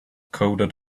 coded